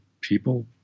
people